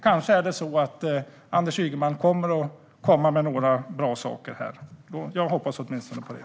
Kanske kommer Anders Ygeman med några bra saker här. Jag hoppas åtminstone på det.